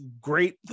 great